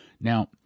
Now